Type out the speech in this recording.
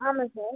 ஆமாம் சார்